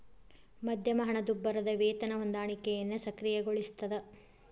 ಮಧ್ಯಮ ಹಣದುಬ್ಬರದ್ ವೇತನ ಹೊಂದಾಣಿಕೆಯನ್ನ ಸಕ್ರಿಯಗೊಳಿಸ್ತದ